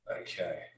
Okay